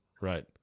Right